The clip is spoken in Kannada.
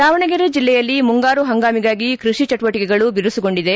ದಾವಣಗೆರೆ ಜಿಲ್ಲೆಯಲ್ಲಿ ಮುಂಗಾರು ಪಂಗಾಮಿಗಾಗಿ ಕೃಷಿ ಚಟುವಟಕೆಗಳು ಬಿರುಸುಗೊಂಡಿದೆ